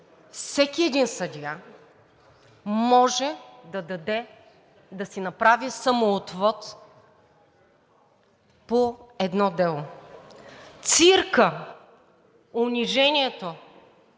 всеки един съдия може да си направи самоотвод по едно дело. Циркът, унижението,